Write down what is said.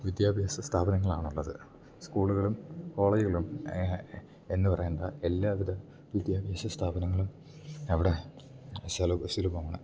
വിദ്യാഭ്യാസ സ്ഥാപനങ്ങളാണൊള്ളത് സ്കൂള്കളും കോളേജ്കളും എന്ന് പറയണ്ട എല്ലാ വിധ വിദ്യാഭ്യാസ സ്ഥാപനങ്ങളും അവടെ സുലഭ സുലഭമാണ്